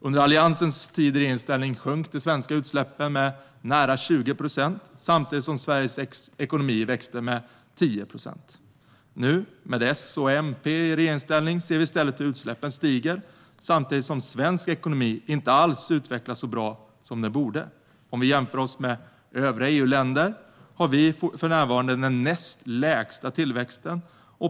Under Alliansens tid i regeringsställning minskade de svenska utsläppen med nära 20 procent, samtidigt som Sveriges ekonomi växte med 10 procent. Nu med S och MP i regeringsställning ser vi i stället hur utsläppen ökar, samtidigt som svensk ekonomi inte alls utvecklas så bra som den borde. Om vi jämför oss med övriga EU-länder har vi för närvarande den näst lägsta tillväxten.